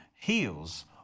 heals